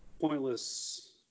pointless